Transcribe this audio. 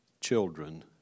children